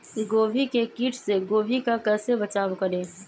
गोभी के किट से गोभी का कैसे बचाव करें?